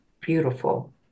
beautiful